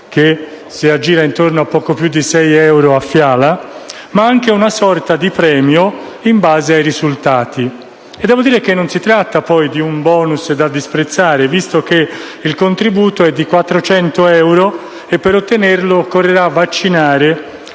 che si aggira intorno a poco più di 6 euro a fiala, ma anche una sorta di premio in base ai risultati. Devo dire che non si tratta di un *bonus* da disprezzare, visto che il contributo è di 400 euro e per ottenerlo occorrerà vaccinare